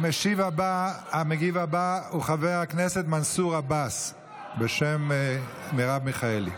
המגיב הבא הוא חבר הכנסת מנסור עבאס בשם מרב מיכאלי.